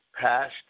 past